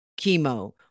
chemo